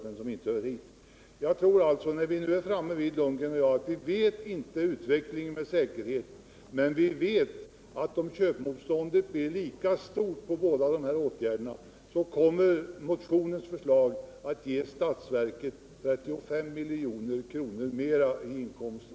Bo Lundgren och jag är överens om att vi inte med säkerhet vet hur utvecklingen blir, men vi vet att om köpmotståndet är lika stort vid båda de föreslagna åtgärderna, så kommer motionens förslag att ge statsverket 35 milj.kr. mera i inkomster.